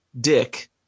Dick